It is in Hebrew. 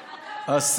פה?